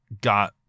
got